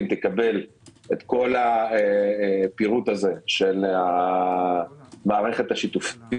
תקבל את כל הפירוט הזה של המערכת השיתופית,